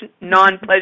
non-pleasure